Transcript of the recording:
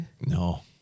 No